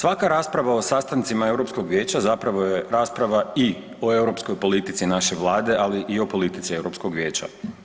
Svaka rasprava o sastancima Europskog vijeća zapravo je rasprava i o europskoj politici naše Vlade, ali i o politici Europskog vijeća.